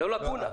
זו לקונה.